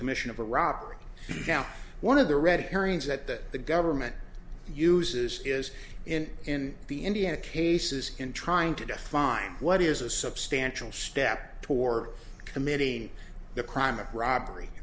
commission of a robbery down one of the red herrings that the government uses is in in the indiana cases in trying to define what is a substantial step for committing the crime of robbery